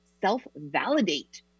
self-validate